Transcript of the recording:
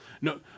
No